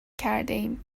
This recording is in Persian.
کردهایم